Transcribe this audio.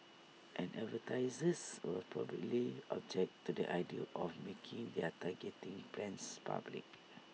and advertisers would probably object to the idea of making their targeting plans public